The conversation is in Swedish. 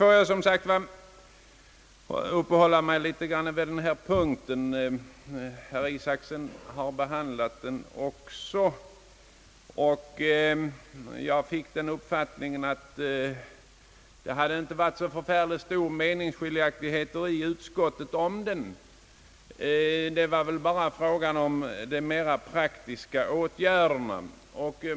Låt mig nu återgå till punkt 8. Herr Isacson har behandlat den också. Jag fick den uppfattningen att det inte hade förekommit så stora meningsskiljaktig heter i utskottet om den. Det gällde väl mest de mera praktiska åtgärderna.